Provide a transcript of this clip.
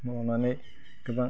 मावनानै गोबां